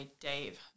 Dave